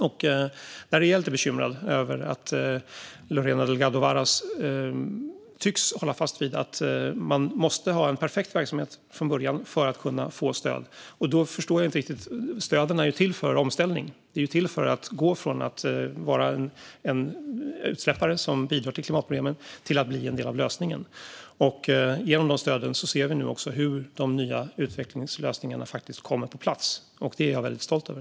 Där är jag lite bekymrad över att Lorena Delgado Varas tycks hålla fast vid att man måste ha en perfekt verksamhet från början för att kunna få stöd. Detta förstår jag inte riktigt. Stöden är ju till för omställning. De är ju till för att man ska gå från att vara en utsläppare som bidrar till klimatproblemen till att bli en del av lösningen. Genom dessa stöd ser vi nu hur de nya utvecklingslösningarna kommer på plats. Det är jag väldigt stolt över.